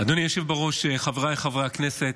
אדוני היושב בראש, חבריי חברי הכנסת,